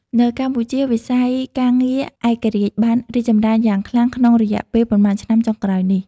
នៅកម្ពុជាវិស័យការងារឯករាជ្យបានរីកចម្រើនយ៉ាងខ្លាំងក្នុងរយៈពេលប៉ុន្មានឆ្នាំចុងក្រោយនេះ។